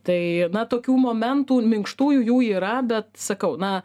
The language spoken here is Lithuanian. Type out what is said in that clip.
tai na tokių momentų minkštųjų jų yra bet sakau na